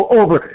over